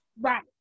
right